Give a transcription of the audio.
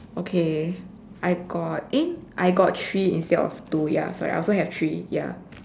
okay I got eh I got three instead of two ya sorry I also have three ya